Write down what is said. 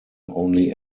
only